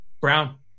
Brown